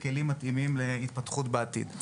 כלים מתאימים להתפתחות בעתיד.